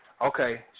Okay